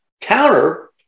counter